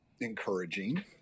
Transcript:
encouraging